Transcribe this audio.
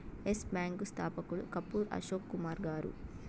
yes bank స్థాపకుడు కపూర్ అశోక్ కుమార్ గారు